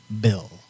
bill